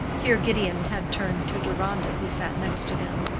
here gideon had turned to deronda, who sat next to him,